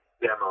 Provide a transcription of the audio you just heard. demo